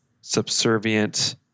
subservient